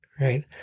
right